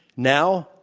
now,